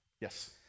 Yes